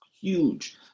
huge